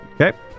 Okay